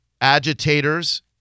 agitators